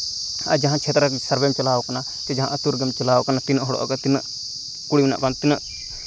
ᱟᱨ ᱡᱟᱦᱟᱸ ᱪᱷᱮᱛᱨᱚ ᱥᱟᱨᱵᱷᱮᱢ ᱪᱟᱞᱟᱣ ᱠᱟᱱᱟ ᱪᱮ ᱡᱟᱦᱟᱱ ᱟᱛᱳ ᱨᱮᱜᱮᱢ ᱪᱟᱞᱟᱣ ᱠᱟᱱᱟ ᱛᱤᱱᱟᱹᱜ ᱦᱚᱲᱚᱜ ᱟᱯᱮ ᱛᱤᱱᱟᱹᱜ ᱠᱩᱲᱤ ᱢᱮᱱᱟᱜ ᱠᱚᱣᱟ ᱛᱤᱱᱟᱹᱜ